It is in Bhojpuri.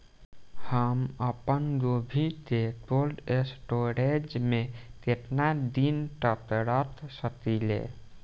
हम आपनगोभि के कोल्ड स्टोरेजऽ में केतना दिन तक रख सकिले?